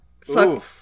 fuck